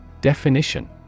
Definition